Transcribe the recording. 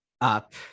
up